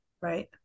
Right